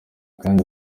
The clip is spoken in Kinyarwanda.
kandi